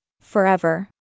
forever